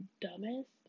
dumbest